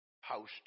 house